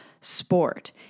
sport